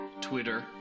Twitter